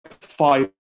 five